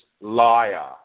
liar